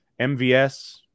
MVS